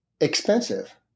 expensive